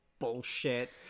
bullshit